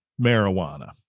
marijuana